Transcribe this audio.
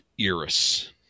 Iris